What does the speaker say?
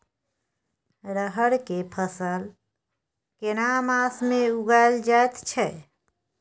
रहर के फसल केना मास में उगायल जायत छै?